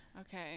okay